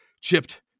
chipped